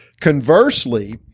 Conversely